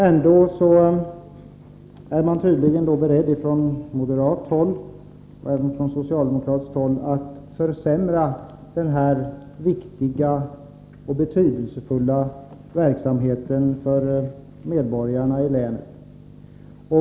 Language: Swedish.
Ändå är man tydligen från moderat håll och även från socialdemokratiskt håll beredd att försämra denna viktiga och betydelsefulla verksamhet för medborgarna i länen.